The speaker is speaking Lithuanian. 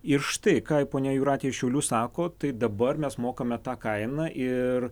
ir štai ką ponia jūratė iš šiaulių sako tai dabar mes mokame tą kainą ir